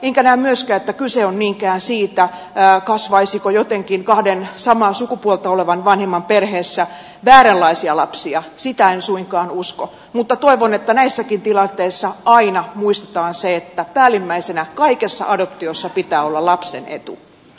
enkä näe myöskään että kyse on niinkään siitä kasvaisiko jotenkin kahden samaa sukupuolta olevan vanhemman perheessä vääränlaisia lapsia sitä en suinkaan usko mutta toivon että näissäkin tilanteissa aina muistetaan se että päällimmäisenä kaikessa adoptiossa pitää olla lapsen etu